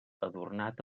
adornat